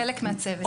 חלק מהצוות.